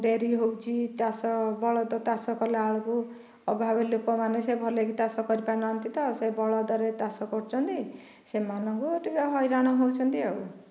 ଡେରି ହେଉଛି ଚାଷ ବଳଦ ଚାଷ କଲାବେଳକୁ ଅଭାବି ଲୋକମାନେ ସେ ଭଲକି ଚାଷ କରିପାରୁ ନାହାନ୍ତି ତ ସେ ବଳଦରେ ଚାଷ କରୁଛନ୍ତି ସେମାନଙ୍କୁ ଟିକେ ହଇରାଣ ହେଉଛନ୍ତି ଆଉ